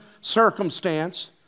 circumstance